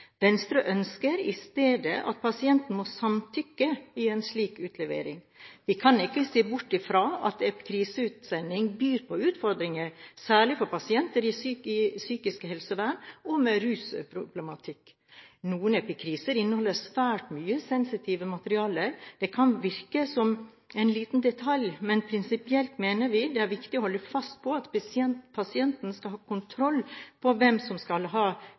Venstre ønsker i stedet at pasienten må samtykke i en slik utlevering. Vi kan ikke se bort fra at epikriseutsending byr på utfordringer, særlig for pasienter i psykisk helsevern og med rusproblematikk. Noen epikriser inneholder svært mye sensitivt materiale. Det kan virke som en liten detalj, men prinsipielt mener vi det er viktig å holde fast på at pasienten skal ha kontroll på hvem som skal ha